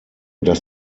dass